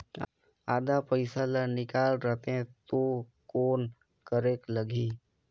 आधा पइसा ला निकाल रतें तो कौन करेके लगही?